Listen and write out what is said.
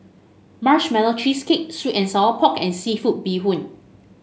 Marshmallow Cheesecake sweet and Sour Pork and seafood Bee Hoon